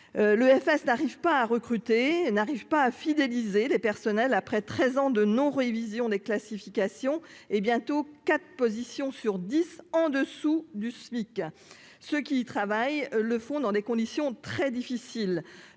l'EFS n'arrivent pas à recruter n'arrive pas à fidéliser les personnels après 13 ans de non-révision des classifications et bientôt quatre position sur 10 en dessous du SMIC, ceux qui y travaillent le font dans des conditions très difficiles,